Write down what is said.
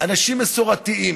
אנשים מסורתיים,